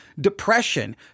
depression